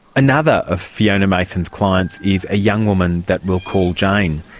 another of fiona mason's clients is a young woman that we'll call jane.